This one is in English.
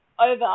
over